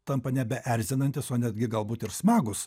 tampa nebeerzinantys o netgi galbūt ir smagūs